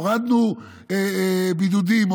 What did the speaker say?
הורדנו בידודים,